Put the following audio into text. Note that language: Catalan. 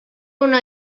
una